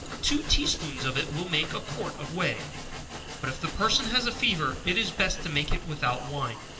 two tea-spoonsful of it will make a quart of whey but if the person has fever, it is best to make it without wine.